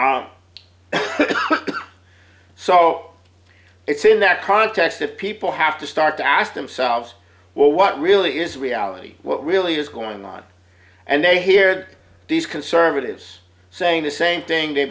so it's in that process that people have to start to ask themselves well what really is reality what really is going on and they hear these conservatives saying the same thing they've